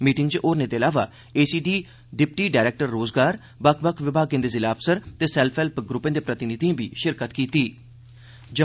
meeting च होरने दे इलावा एसीडी डिप्टी डायरेक्टर रोजगार बक्ख बक्ख विभागें दे ज़िला अफसर ते सैल्फ हैल्प ग्रुपें दे प्रतिनिधि बी षामल हे